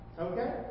Okay